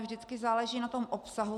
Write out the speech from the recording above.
Vždycky záleží na tom obsahu.